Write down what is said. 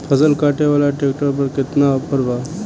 फसल काटे वाला ट्रैक्टर पर केतना ऑफर बा?